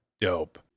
dope